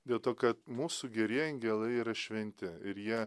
dėl to kad mūsų gerieji angelai yra šventi ir jie